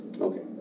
okay